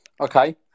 Okay